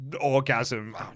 orgasm